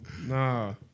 Nah